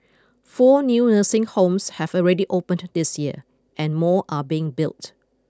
four new nursing homes have already opened this year and more are being built